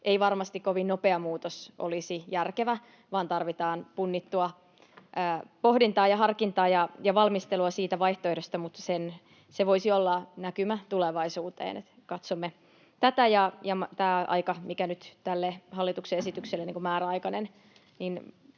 ei varmasti kovin nopea muutos olisi järkevä, vaan tarvitaan punnittua pohdintaa ja harkintaa ja valmistelua siitä vaihtoehdosta, mutta se voisi olla näkymä tulevaisuuteen. Katsomme tätä, ja tämä määräaika, mikä nyt tälle hallituksen esitykselle annetaan,